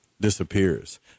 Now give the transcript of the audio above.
disappears